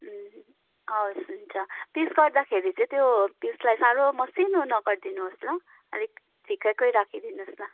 हवस् हुन्छ पिस गर्दाखेरि चाहिँ त्यो त्यसलाई साह्रो मसिनो नगरिदिनुहोस् ल अलिक ठिकैकै राखिदिनुहोस् न